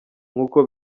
nkuko